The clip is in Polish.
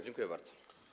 Dziękuję bardzo.